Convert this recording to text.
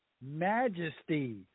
majesty